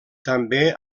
també